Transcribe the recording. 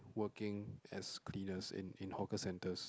working as cleaners in in hawker centres